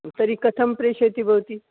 तर्हि कथं प्रेषयति भवती